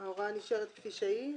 ההוראה נשארת כפי שהיא.